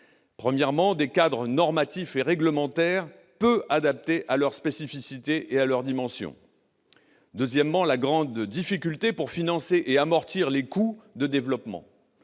d'abord, des cadres normatifs et réglementaires peu adaptés à leurs spécificités et à leurs dimensions ; ensuite, la grande difficulté à financer et à amortir les coûts de développement